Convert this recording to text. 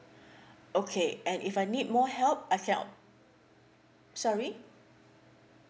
okay and if I need more help I sorry